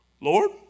Lord